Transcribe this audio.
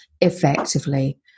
effectively